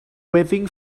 waiting